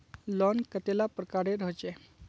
Loan कतेला प्रकारेर होचे?